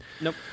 Nope